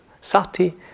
sati